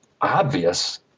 obvious